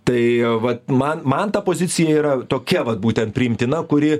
tai vat man man ta pozicija yra tokia vat būtent priimtina kuri